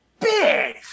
Bitch